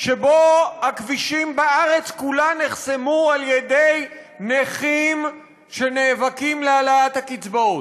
שבו הכבישים בארץ כולה נחסמו על ידי נכים שנאבקים להעלאת הקצבאות,